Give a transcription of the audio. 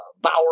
Bauer